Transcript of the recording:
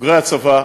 בוגרי הצבא: